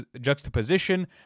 juxtaposition